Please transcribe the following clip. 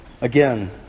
again